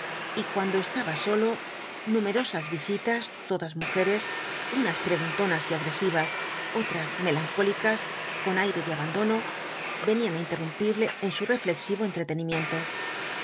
y cuando estaba solo numerosas visitas todas de mujeres unas preguntonas y agresivas otras melancólicas con aire de abandono venían á interrumpirle en su reflexivo entretenimiento